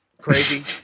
crazy